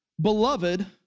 Beloved